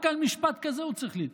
רק על משפט כזה הוא צריך להתפטר.